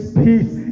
peace